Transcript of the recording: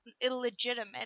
illegitimate